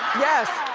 yes.